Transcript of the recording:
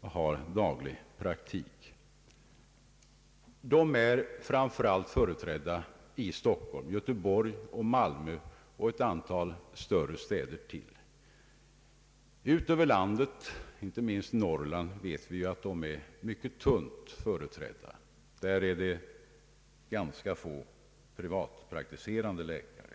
har daglig praktik. Dessa läkare finns framför allt i Stockholm, Göteborg och Malmö samt i ett antal andra större städer. I landet i övrigt — framför allt i Norrland — vet vi att det finns mycket få privatpraktiserande läkare.